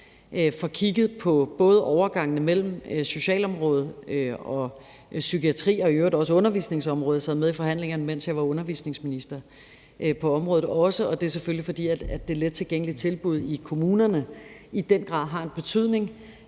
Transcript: får kigget på både overgangene mellem socialområdet og psykiatrien og i øvrigt også undervisningsområdet – jeg sad også med i forhandlingerne på området, mens jeg var undervisningsminister. Det er selvfølgelig, fordi det lettilgængelige tilbud i kommunerne i den grad har en betydning,